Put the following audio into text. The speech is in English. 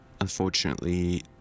unfortunately